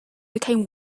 became